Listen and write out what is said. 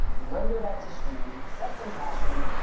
render that to string, set some caching,